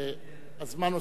שהזמן עושה את שלו.